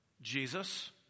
Jesus